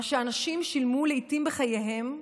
מה שאנשים שילמו לעיתים בחייהם,